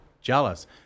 jealous